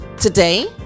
today